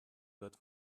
wird